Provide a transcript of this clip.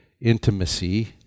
intimacy